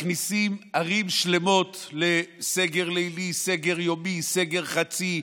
מכניסים ערים שלמות לסגר לילי, סגר יומי, סגר חצי.